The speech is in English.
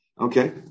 Okay